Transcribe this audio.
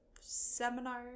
seminar